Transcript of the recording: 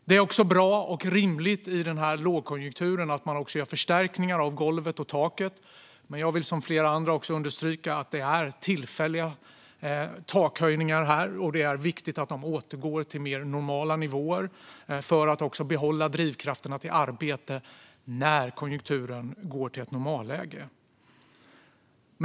Det är också bra och rimligt i denna lågkonjunktur att man gör förstärkningar av golvet och taket, men jag vill som flera andra understryka att det är tillfälliga takhöjningar. Det är viktigt att de sedan återgår till mer normala nivåer för att behålla drivkrafterna till arbete när konjunkturen återgår till ett normalläge.